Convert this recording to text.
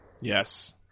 yes